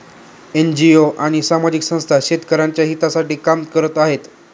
NGO आणि सामाजिक संस्था शेतकऱ्यांच्या हितासाठी काम करत आहेत